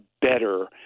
better